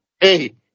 hey